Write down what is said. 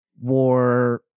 war